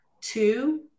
two